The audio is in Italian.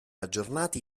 aggiornati